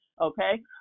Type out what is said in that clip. okay